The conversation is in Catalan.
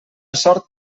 sort